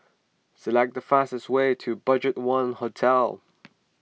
select the fastest way to Budget one Hotel